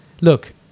look